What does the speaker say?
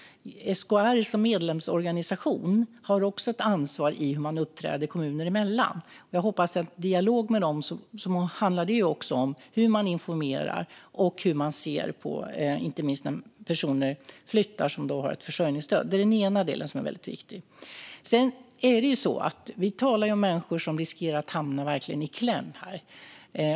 SKR som medlemsorganisation har också ett ansvar i hur man uppträder kommuner emellan. I den dialogen handlar det också om hur man informerar, inte minst när personer flyttar som har försörjningsstöd. Det är den ena delen som är väldigt viktig. Sedan talar vi här om människor som verkligen riskerar att hamna i kläm.